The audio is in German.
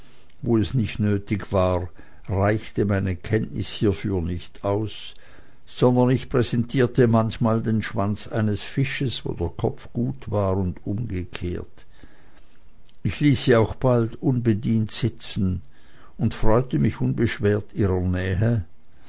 wo es nicht nötig war reichte meine kenntnis hiefür nicht aus sondern ich präsentierte manchmal den schwanz eines fisches wo der kopf gut war und umgekehrt ich ließ sie auch bald unbedient sitzen und freute mich unbeschwert ihrer nähe